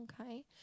okay